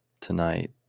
Tonight